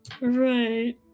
Right